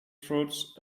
fruits